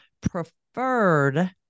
preferred